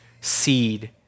seed